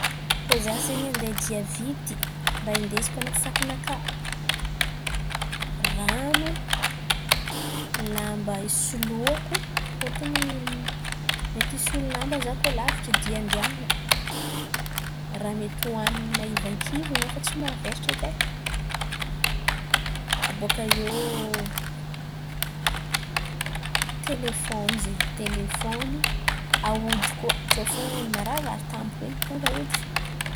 Kôa izaho zen̈y andeha dia vity, ràha indesiko an̈aty sakanakà: rano, lamba andeha hisoloako fôtony mety hisolo lamba izaho kôa lavitry dia andihan̈ana. Ràha mety hoan̈iny maivankivan̈a fa tsy mavesatra edy e. Abôkà eo telefôny zen̈y telefôny, aody koa tsao fo mararirary tampoko in̈y mitondra aody fo.